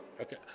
Okay